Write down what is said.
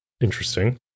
Interesting